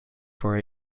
for